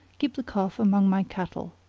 keep the calf among my cattle.